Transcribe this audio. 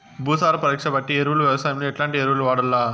భూసార పరీక్ష బట్టి ఎరువులు వ్యవసాయంలో ఎట్లాంటి ఎరువులు వాడల్ల?